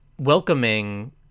Welcoming